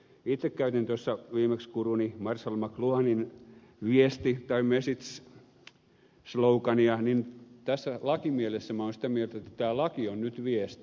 kun itse käytin viimeksi guruni marshall mcluhanin viesti tai message slogania niin lakimielessä olen sitä mieltä että tämä laki on nyt viesti